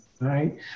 right